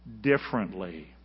differently